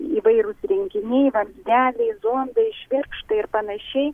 įvairūs rinkiniai vamzdeliai zondai švirkštai ir panašiai